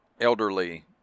elderly